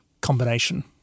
combination